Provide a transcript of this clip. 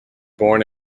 born